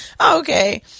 okay